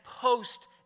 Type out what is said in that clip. post